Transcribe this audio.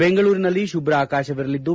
ಬೆಂಗಳೂರಿನಲ್ಲಿ ಶುಭ್ರ ಆಕಾಶವಿರಲಿದ್ದು